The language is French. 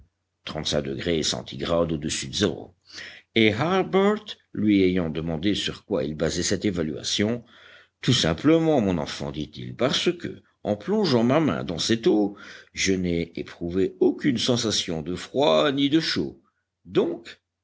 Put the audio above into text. de zéro et harbert lui ayant demandé sur quoi il basait cette évaluation tout simplement mon enfant dit-il parce que en plongeant ma main dans cette eau je n'ai éprouvé aucune sensation de froid ni de chaud donc